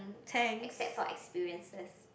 mm except for experiences